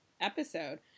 episode